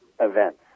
events